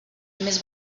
més